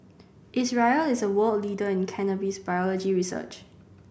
Israel is a world leader in cannabis biology research